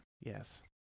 Yes